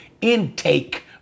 intake